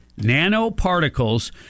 nanoparticles